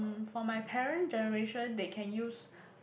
for my parent generation they can use